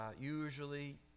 Usually